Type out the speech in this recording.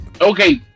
okay